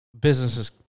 businesses